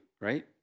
right